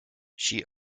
she